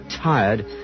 tired